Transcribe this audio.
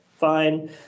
Fine